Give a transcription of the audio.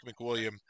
McWilliam